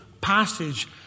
passage